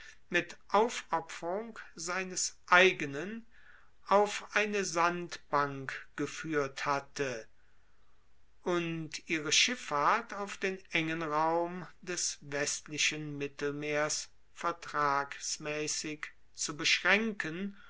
mit aufopferung seines eigenen auf eine sandbank gefuehrt hatte und ihre schiffahrt auf den engen raum des westlichen mittelmeers vertragsmaessig zu beschraenken